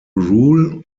rule